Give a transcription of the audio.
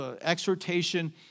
exhortation